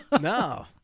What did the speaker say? No